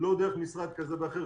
לא דרך משרד כזה או אחר,